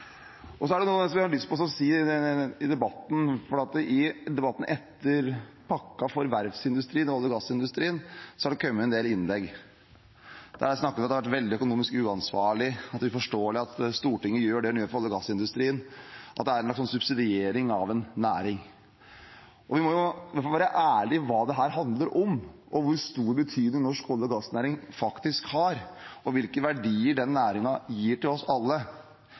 Det er noe jeg har lyst til å si i denne debatten, for i debatten etter pakken for verftsindustrien – det var om olje- og gassindustrien – har det kommet en del innlegg. Det var snakk om at det var veldig økonomisk uansvarlig og uforståelig det Stortinget gjør for olje- og gassindustrien, at det er en slags subsidiering av en næring. Vi må i hvert fall være ærlige om hva dette handler om, om hvor stor betydning norsk olje- og gassnæring faktisk har, og hvilke verdier den næringen gir til oss alle.